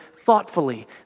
thoughtfully